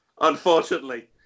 unfortunately